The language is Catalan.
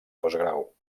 postgrau